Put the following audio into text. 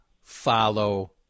follow